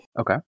Okay